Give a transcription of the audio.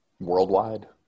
Worldwide